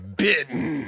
bitten